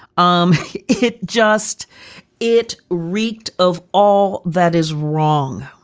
um it just it reeked of all that is wrong.